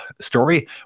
story